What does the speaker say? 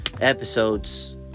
episodes